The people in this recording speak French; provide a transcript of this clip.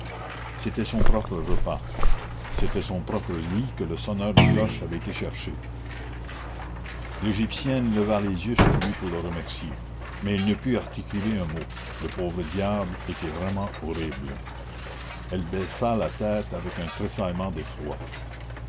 c'était son propre repas c'était son propre lit que le sonneur de cloches avait été chercher l'égyptienne leva les yeux sur lui pour le remercier mais elle ne put articuler un mot le pauvre diable était vraiment horrible elle baissa la tête avec un tressaillement d'effroi